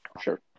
Sure